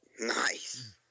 Nice